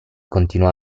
continuò